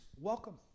welcome